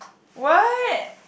what